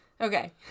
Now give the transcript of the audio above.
okay